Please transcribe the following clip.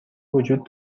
وجود